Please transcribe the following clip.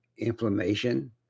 inflammation